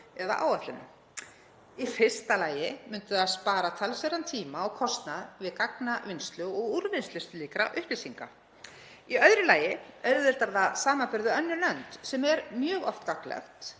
eða áætlunum. Í fyrsta lagi myndi það spara talsverðan tíma og kostnað vegna gagnavinnslu og úrvinnslu slíkra upplýsinga. Í öðru lagi auðveldar það samanburð við önnur lönd sem er mjög oft gagnlegt.